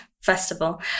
festival